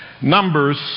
Numbers